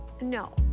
No